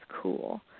cool